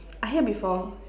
I hear before